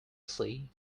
see